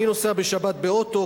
אני נוסע בשבת באוטו,